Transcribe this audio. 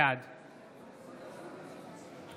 בעד רון כץ, בעד יוראי